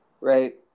right